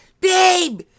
Babe